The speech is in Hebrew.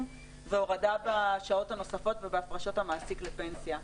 והורדה בשעות הנוספות ובהפרשות המעסיק לפנסיה.